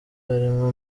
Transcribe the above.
harimo